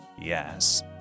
Yes